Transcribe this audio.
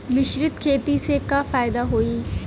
मिश्रित खेती से का फायदा होई?